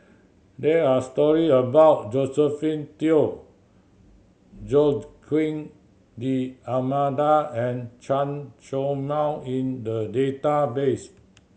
there are story about Josephine Teo Joaquim D'Almeida and Chen Show Mao in the database